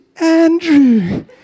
Andrew